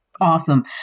Awesome